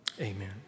Amen